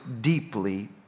deeply